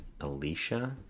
Alicia